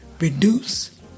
reduce